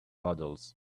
models